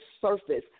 surface